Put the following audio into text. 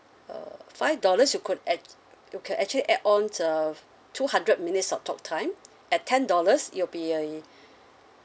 uh five dollars you could add you can actually add ons uh two hundred minutes of talk time at ten dollars it'll be a